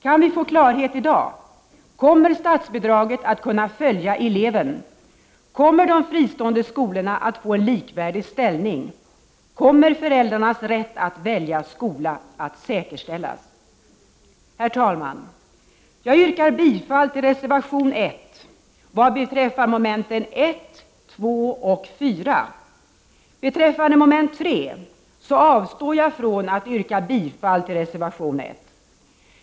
Kan vi få klarhet i dag? Kommer statsbidraget att kunna följa eleven? Kommer de fristående skolorna att få en likvärdig ställning? Kommer föräldrarnas rätt att välja skola att säkerställas? Herr talman! Jag yrkar bifall till reservation 1 vad beträffar mom. 1,2 och 4. Beträffande mom. 3 avstår jag från att yrka bifall till reservation 1.